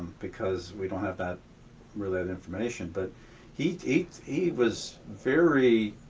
because we don't have that related information. but he he was very,